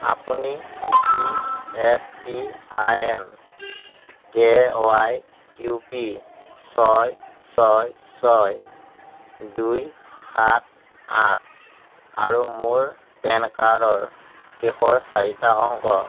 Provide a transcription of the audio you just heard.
আপুনি G S T I N K Y Q P ছয় ছয় ছয় দুই সাত আঠ আৰু মোৰ পেন কাৰ্ডৰ শেষৰ চাৰিটা অংক